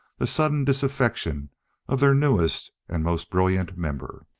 the sudden disaffection of their newest and most brilliant member.